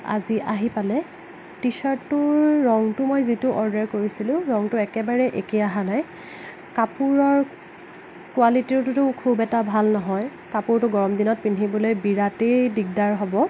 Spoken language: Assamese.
আজি আহি পালে টি চাৰ্টটোৰ ৰঙটো মই যিটো অৰ্ডাৰ কৰিছিলোঁ ৰঙটো একেবাৰেই একে অহা নাই কাপোৰৰ কোৱালিটিটোও খুব এটা ভাল নহয় কাপোৰটো গৰম দিনত পিন্ধিবলৈ বিৰাটেই দিগদাৰ হ'ব